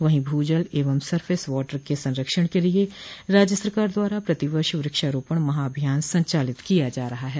वहीं भू जल एवं सरफेस वॉटर के संरक्षण के लिए राज्य सरकार द्वारा प्रतिवर्ष वृक्षारोपण महाअभियान संचालित किया जा रहा है